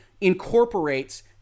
incorporates